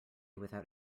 without